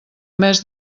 mes